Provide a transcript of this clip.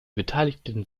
beteiligten